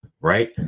right